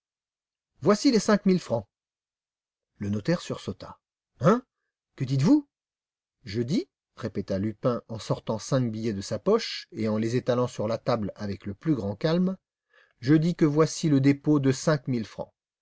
voici les cinq mille francs le notaire sursauta hein que dites-vous je dis répéta lupin en sortant cinq billets de sa poche et en les étalant sur la table avec le plus grand calme je dis que voici le dépôt de cinq mille francs